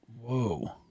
Whoa